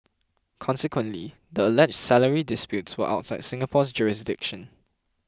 consequently the alleged salary disputes were outside Singapore's jurisdiction